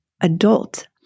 adult